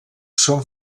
són